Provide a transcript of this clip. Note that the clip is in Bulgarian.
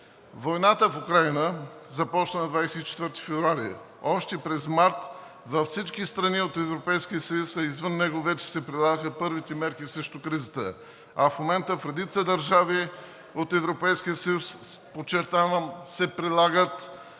Войната в Украйна, започнала на 24 февруари, още през март във всички страни от Европейския съюз, а и извън него, вече се прилагаха първите мерки срещу кризата. А в момента в редица държави от Европейския съюз, подчертавам, се прилага